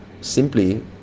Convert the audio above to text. simply